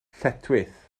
lletchwith